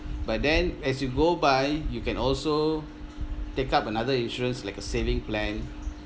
by then as you go by you can also take up another insurance like a saving plan